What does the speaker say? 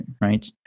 right